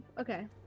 okay